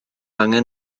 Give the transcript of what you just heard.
angen